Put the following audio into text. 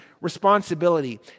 responsibility